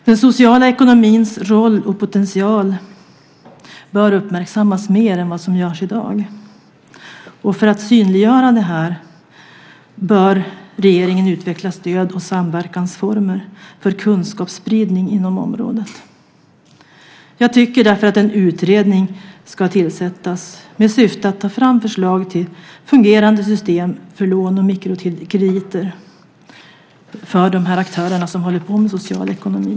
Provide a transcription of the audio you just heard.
Den sociala ekonomins roll och potential bör uppmärksammas mer än vad som görs i dag. För att synliggöra det bör regeringen utveckla stöd och samverkansformer för kunskapsspridning inom området. Jag tycker därför att en utredning ska tillsättas med syfte att ta fram förslag till fungerande system för lån och mikrokrediter för de aktörer som håller på med social ekonomi.